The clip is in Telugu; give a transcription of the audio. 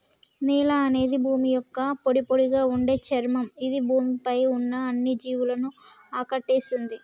నేల అనేది భూమి యొక్క పొడిపొడిగా ఉండే చర్మం ఇది భూమి పై ఉన్న అన్ని జీవులను ఆకటేస్తుంది